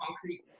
concrete